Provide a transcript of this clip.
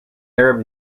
arab